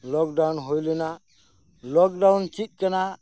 ᱞᱚᱠ down ᱦᱩᱭ ᱞᱮᱱᱟ lockdown ᱪᱮᱫ ᱠᱟᱱᱟ